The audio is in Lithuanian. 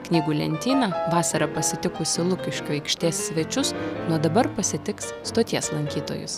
knygų lentyna vasarą pasitikusi lukiškių aikštės svečius nuo dabar pasitiks stoties lankytojus